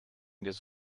this